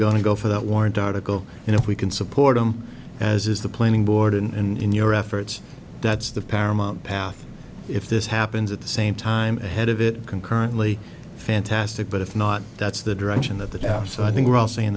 going to go for that warrant article and if we can support them as is the planning board and in your efforts that's the paramount path if this happens at the same time ahead of it concurrently fantastic but if not that's the direction of the tao so i think we're all saying